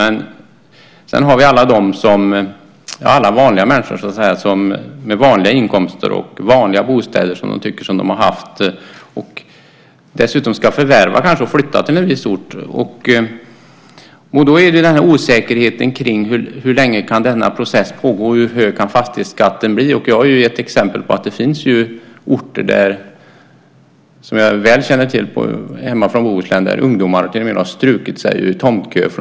Men sedan har vi alla vanliga människor med vanliga inkomster och vanliga bostäder som kanske ska förvärva en fastighet och flytta till en viss ort. Då finns det en osäkerhet om hur länge denna process kan pågå och hur hög fastighetsskatten kan bli. Jag har gett exempel på att det finns orter som jag väl känner till hemma i Bohuslän där ungdomar till och med har lämnat tomtköer.